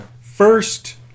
First